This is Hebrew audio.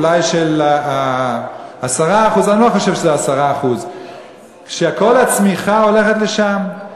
אולי של 10% אני לא חושב שזה 10% שכל הצמיחה הולכת לשם.